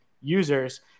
users